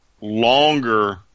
longer